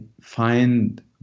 find